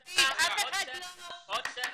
דוד, אף אחד לא ------ עוד שנה,